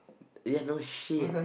ya no shit